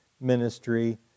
ministry